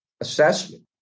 assessment